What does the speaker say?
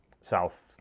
south